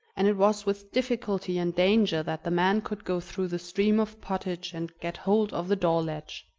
and it was with difficulty and danger that the man could go through the stream of pottage and get hold of the door-latch.